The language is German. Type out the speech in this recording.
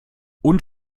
und